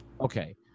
Okay